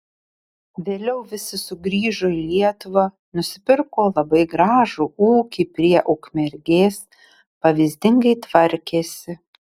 vėliau visi sugrįžo į lietuvą nusipirko labai gražų ūkį prie ukmergės pavyzdingai tvarkėsi